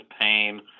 pain